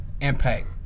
impact